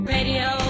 Radio